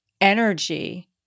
energy